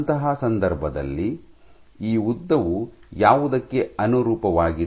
ಅಂತಹ ಸಂದರ್ಭದಲ್ಲಿ ಈ ಉದ್ದವು ಯಾವುದಕ್ಕೆ ಅನುರೂಪವಾಗಿದೆ